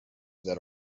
that